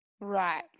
right